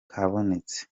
kabonetse